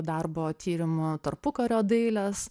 darbo tyrimo tarpukario dailės